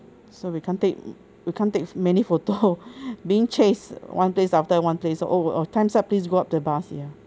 so we can't take we can't take many photo being chase one place after one place oh uh time's up please go up to the bus ya